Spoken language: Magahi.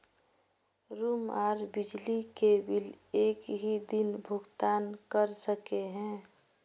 रूम आर बिजली के बिल एक हि दिन भुगतान कर सके है?